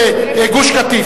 גוש-קטיף.